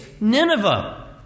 Nineveh